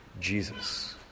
Jesus